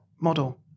model